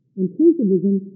Inclusivism